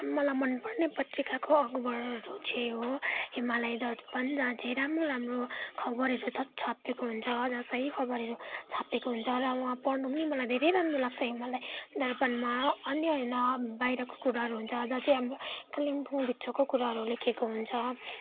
मलाई मनपर्ने पत्रिकाको अखबारहरू चाहिँ हो हिमालय दर्पण जहाँ चाहिँ राम्रो राम्रो खबरहरू छापिएको हुन्छ सही खबरहरू छापिएको हुन्छ र वहाँ पढ्नु पनि मलाई धेरै राम्रो लाग्छ हिमालय दर्पणमा अन्य अन्य बाहिरको कुराहरू हुन्छ जहाँ चाहिँ अब कालिम्पोङभित्रको कुराहरू लेखेको हुन्छ